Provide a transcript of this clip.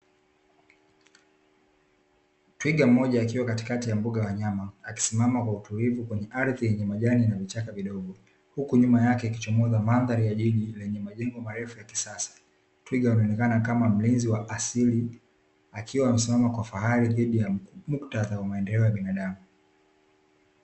Twiga mmoja akiwa katikati ya mbuga ya wanyama, akisimama kwa utulivu kwenye ardhi yenye majani na vichaka vidogo vidogo, huku nyuma yake ikichomoza mandhari ya jiji yenye majengo marefu ya kisasa. Twiga anaonekana kama mlinzi wa asili, akiwa amesimama kwa fahari dhidi ya muktadha wa maendeleo ya mwanadamu.